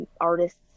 artist's